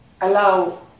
allow